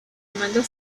amanda